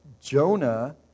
Jonah